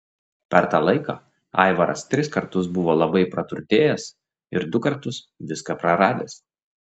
per tą laiką aivaras tris kartus buvo labai praturtėjęs ir du kartus viską praradęs